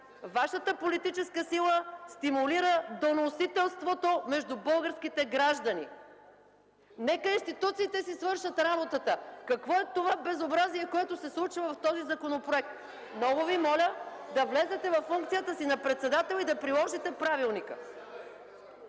Вашата политическа сила стимулира доносителството между българските граждани. Нека институциите си свършат работата! Какво е това безобразие, което се случва в този законопроект? Много Ви моля (шум и реплики от ГЕРБ) да влезете във функцията си на председател и да приложите правилника!